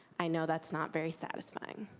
i know that's not very satisfying.